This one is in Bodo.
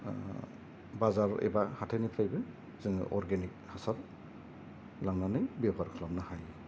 बाजार एबा हाथायनिफ्रायबो जोङो अरगेनिक हासार लांनानै बेबहार खालामनो हायो